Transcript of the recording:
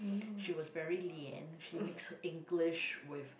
she was very lian she mixed English with